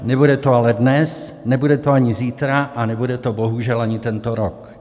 Nebude to ale dnes, nebude to ani zítra a nebude to bohužel ani tento rok.